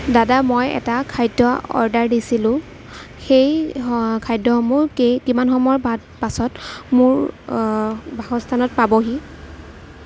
দাদা মই এটা খাদ্য অৰ্ডাৰ দিছিলো সেই খাদ্যসমূহ কিমান সময়ৰ পাছত মোৰ বাসস্থানত পাবহি